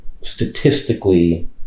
statistically